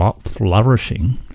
flourishing